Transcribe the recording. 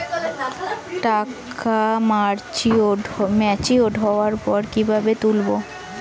টাকা ম্যাচিওর্ড হওয়ার পর কিভাবে তুলব?